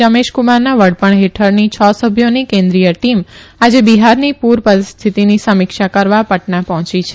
રમેશક્રમારના વડપણ હેઠળની છ સભ્યોની કેન્દ્રીય ટીમ આજે બિહારની પૂર પરિસ્થિતિની સમીક્ષા કરવા પટના પહોંચી છે